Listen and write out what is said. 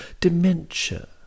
dementia